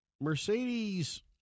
Mercedes